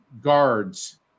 guards